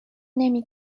نمی